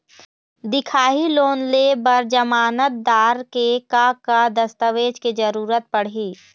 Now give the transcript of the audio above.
दिखाही लोन ले बर जमानतदार के का का दस्तावेज के जरूरत पड़ही?